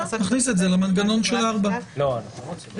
נכניס את זה למנגנון של 4. גם אני לא רוצה.